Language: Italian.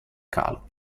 calo